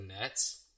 Nets